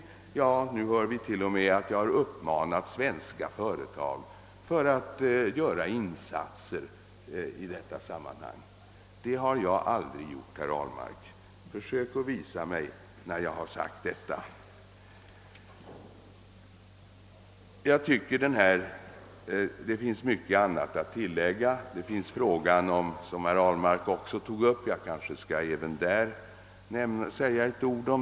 Och i dag får vi höra att jag t.o.m. har uppmanat svenska företag till insatser i detta sammanhang. Det har jag aldrig gjort, herr Ahlmark. Försök att visa när jag har sagt något sådant. Det kunde finnas mycket att tillägga, men jag kanske skall säga något om en annan fråga som herr Ahlmark berörde.